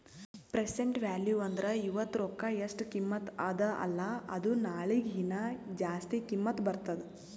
present value ಅಂದುರ್ ಇವತ್ತ ರೊಕ್ಕಾ ಎಸ್ಟ್ ಕಿಮತ್ತ ಅದ ಅಲ್ಲಾ ಅದು ನಾಳಿಗ ಹೀನಾ ಜಾಸ್ತಿ ಕಿಮ್ಮತ್ ಬರ್ತುದ್